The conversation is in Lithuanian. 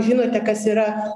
žinote kas yra